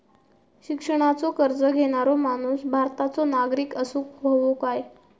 शिक्षणाचो कर्ज घेणारो माणूस भारताचो नागरिक असूक हवो काय?